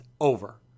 Over